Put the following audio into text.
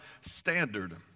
standard